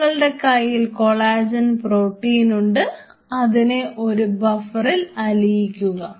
നിങ്ങളുടെ കയ്യിൽ കൊളാജൻ പ്രോട്ടീനുണ്ട് അതിനെ ഒരു ബഫറിൽ അലിയിക്കുക